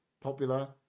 popular